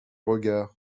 regard